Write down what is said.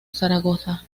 zaragoza